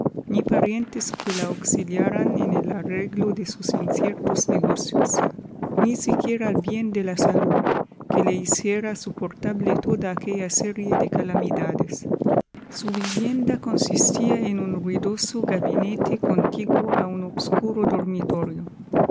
ni parientes que la auxiliaran en el arreglo de sus inciertos negocios ni siquiera el bien de la salud que le hiciera soportable toda aquella serie de calamidades su vivienda consistía en un ruidoso gabinete contiguo a un obscuro dormitorio